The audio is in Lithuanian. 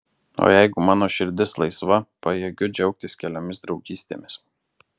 o jeigu mano širdis laisva pajėgiu džiaugtis keliomis draugystėmis